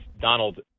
Donald